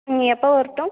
ம் எப்போ வரட்டும்